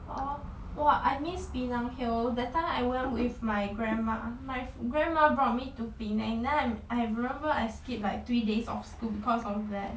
orh !wah! I miss penang hill that time I went with my grandma my grandma brought me to penang then I I remember I skip like three days of school because of that